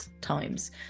times